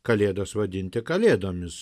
kalėdas vadinti kalėdomis